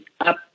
up